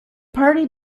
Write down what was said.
party